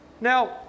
Now